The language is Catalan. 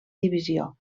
divisió